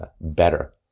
better